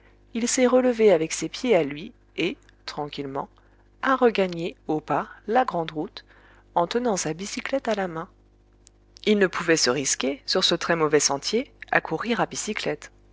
il s'est relevé avec ses pieds à lui et tranquillement a regagné au pas la grande route en tenant sa bicyclette à la main il ne pouvait se risquer sur ce très mauvais sentier à courir à bicyclette